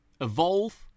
evolve